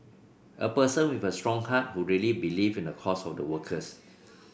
a person with a strong heart who really believe in the cause of the workers